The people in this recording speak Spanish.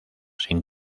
sin